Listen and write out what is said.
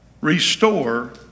restore